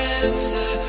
answer